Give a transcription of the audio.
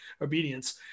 obedience